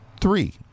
three